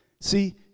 See